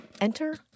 Enter